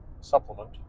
supplement